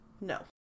no